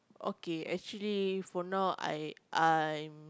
okay actually for now I I'm